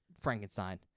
Frankenstein